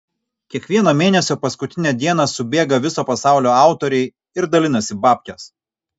kiekvieno mėnesio paskutinę dieną subėga viso pasaulio autoriai ir dalinasi babkes